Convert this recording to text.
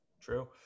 True